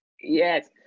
Yes